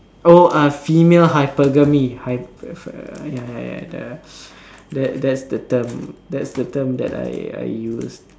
oh uh female hypergamy hyperga~ ya ya ya that's the term that's the term that I use